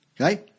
Okay